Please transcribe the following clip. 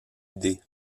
idée